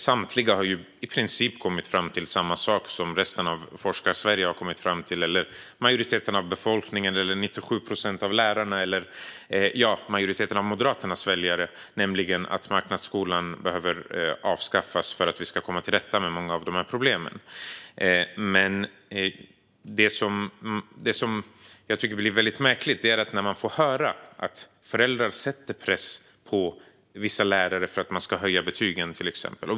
Samtliga har i princip kommit fram till samma sak som Forskarsverige, majoriteten av befolkningen, 97 procent av lärarna eller majoriteten av Moderaternas väljare, nämligen att marknadsskolan behöver avskaffas för att man ska komma till rätta med många av problemen. Det jag tycker är väldigt märkligt handlar om när man får höra att föräldrar sätter press på vissa lärare att höja betygen.